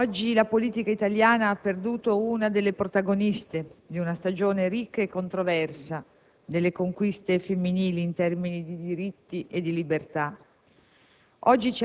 oggi la politica italiana ha perduto una delle protagoniste di una stagione ricca e controversa, quella delle conquiste femminili in termini di diritti e libertà.